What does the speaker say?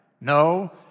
No